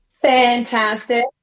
Fantastic